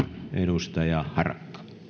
edustaja harakka